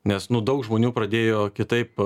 nes nu daug žmonių pradėjo kitaip